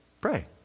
Pray